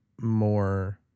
more